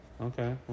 Okay